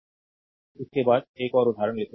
slide time देखें 0825 इसके बाद एक और उदाहरण लेते हैं